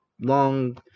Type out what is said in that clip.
long